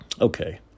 Okay